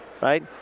right